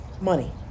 money